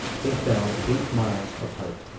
they fell eight miles apart.